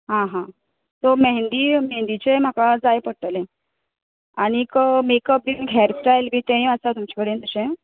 आ हा सो मेहंदी मेंदीचे म्हाका जाय पडटले आनीक मेकअप एक हेरस्टाय बी तेय आसा तुमचें कडेन अशें